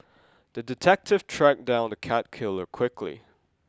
the detective tracked down the cat killer quickly